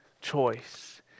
choice